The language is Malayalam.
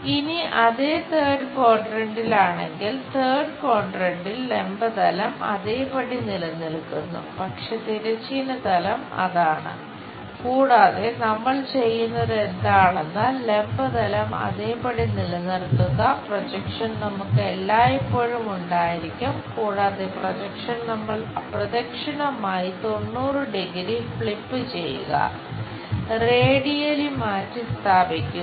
ഇനി അത് തേർഡ് ക്വാഡ്രന്റിലാണെങ്കിൽ ചെയ്യുക റേഡിയലി മാറ്റി സ്ഥാപിക്കുക